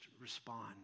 respond